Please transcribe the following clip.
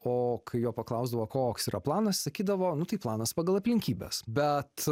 o kai jo paklausdavo koks yra planas sakydavo nu tai planas pagal aplinkybes bet